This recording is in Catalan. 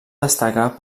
destaca